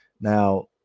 Now